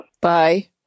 Bye